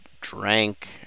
drank